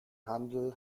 handel